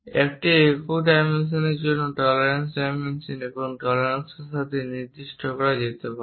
একটি একক ডাইমেনশনের জন্য টলারেন্স ডাইমেনশন এবং টলারেন্সস সাথে নির্দিষ্ট করা যেতে পারে